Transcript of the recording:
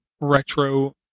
retro